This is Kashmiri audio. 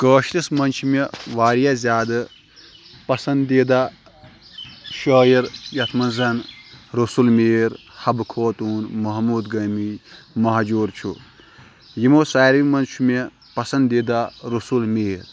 کٲشرِس منٛز چھِ مےٚ واریاہ زیادٕ پَسَںٛدیٖدہ شٲعر یَتھ منٛز رسول میٖر حبہٕ خوتوٗن محموٗد گٲمی مہجوٗر چھُ یِمو ساروی منٛز چھُ مےٚ پَسَنٛدیٖدہ رسول میٖر